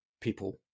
people